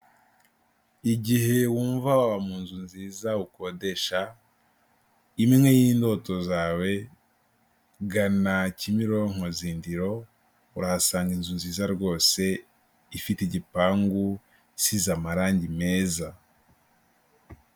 Igihe wumva waba mu nzu nziza ukodesha imwe y'indoto zawe gana Kimironko Zindiro, urahasanga inzu nziza rwose ifite igipangu gisize amarangi meza.